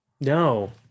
no